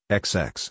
xx